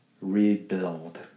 rebuild